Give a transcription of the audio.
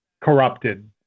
corrupted